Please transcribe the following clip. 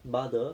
mother